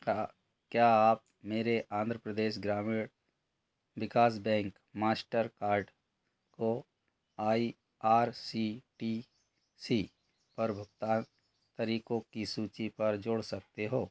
क्या क्या आप मेरे Andhra Pradesh Grameen Vikas bank Mastercard को I R C T C पर भुगतान तरीक़ों की सूची पर जोड़ सकते हो